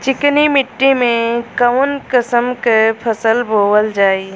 चिकनी मिट्टी में कऊन कसमक फसल बोवल जाई?